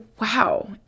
wow